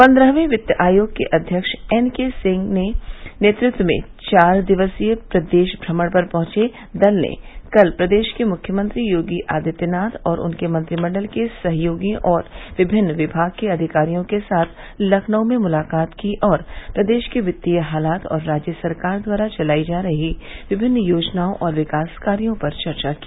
पन्द्रहवें वित्त आयोग के अध्यक्ष एनके सिंह के नेतृत्व में चार दिवसीय प्रदेश भ्रमण पर पहुंचे दल ने कल प्रदेश के मुख्यमंत्री योगी आदित्यनाथ और उनके मंत्रिमंडल के सहयोगियों और विभिन्न विभाग के अधिकारियों के साथ लखनऊ में मुलाकात की और प्रदेश के वित्तीय हालात और राज्य सरकार द्वारा चलायी जा रही विभिन्न योजनाओं और विकास कार्यो पर चर्चा की